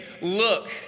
look